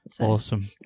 Awesome